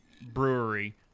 brewery